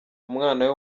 umwana